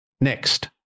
Next